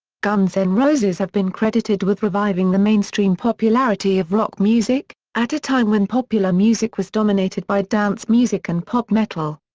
guns n' and roses have been credited with reviving the mainstream popularity of rock music, at a time when popular music was dominated by dance music and pop metal.